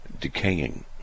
decaying